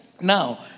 Now